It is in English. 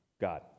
God